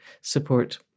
support